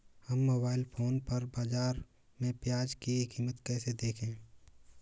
हम mobile phone पर बाज़ार में प्याज़ की कीमत कैसे देखें?